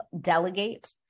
delegate